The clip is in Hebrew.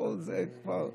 הכול זה כבר תירוצים,